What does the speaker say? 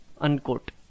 Unquote